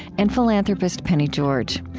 and philanthropist penny george.